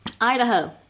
Idaho